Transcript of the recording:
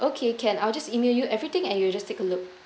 okay can I'll just email you everything and you just take a look